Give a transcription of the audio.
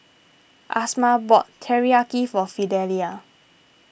Amasa bought Teriyaki for Fidelia